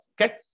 Okay